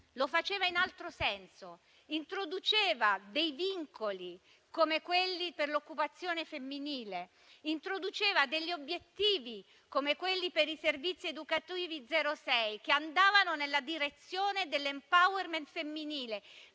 lo faceva in altro senso: introduceva vincoli come quelli per l'occupazione femminile, introduceva degli obiettivi, come quelli per i servizi educativi 0-6, che andavano nella direzione dell'*empowerment* femminile